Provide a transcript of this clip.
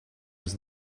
was